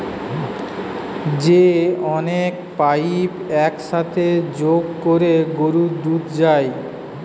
যে অনেক পাইপ এক সাথে যোগ কোরে গরুর দুধ যায়